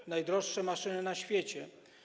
To najdroższe maszyny na świecie.